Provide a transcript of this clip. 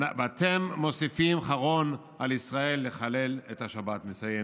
ואתם מוסיפים חרון על ישראל לחלל את השבת", מסיים